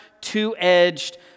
two-edged